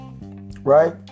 Right